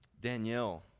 Danielle